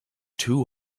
too